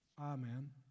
Amen